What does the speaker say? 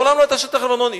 מעולם לא היתה שטח לבנוני.